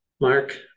Mark